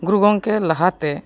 ᱜᱩᱨᱩ ᱜᱚᱢᱠᱮ ᱞᱟᱦᱟᱛᱮ